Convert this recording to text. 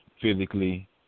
physically